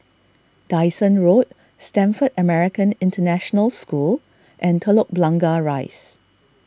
Dyson Road Stamford American International School and Telok Blangah Rise